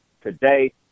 today